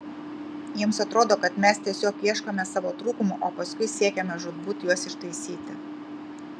jiems atrodo kad mes tiesiog ieškome savo trūkumų o paskui siekiame žūtbūt juos ištaisyti